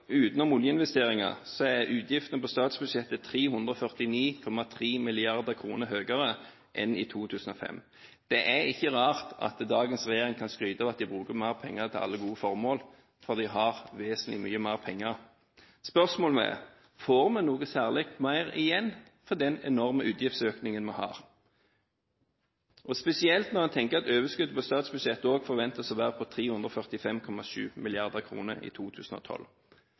utenom oljeinvesteringer er utgiftene på statsbudsjettet 349,3 mrd. kr høyere enn i 2005. Det er ikke rart at dagens regjering kan skryte av at de bruker mer penger til alle gode formål, for de har vesentlig mye mer penger. Spørsmålet er: Får vi noe særlig mer igjen for den enorme utgiftsøkningen vi har, spesielt når man tenker at overskuddet på statsbudsjettet forventes å være på 345,7 mrd. kr i 2012?